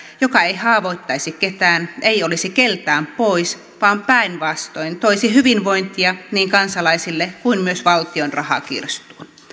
joka ei haavoittaisi ketään ei olisi keltään pois vaan päinvastoin toisi hyvinvointia niin kansalaisille kuin myös valtion rahakirstuun